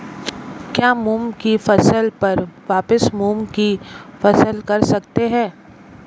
क्या मूंग की फसल पर वापिस मूंग की फसल कर सकते हैं?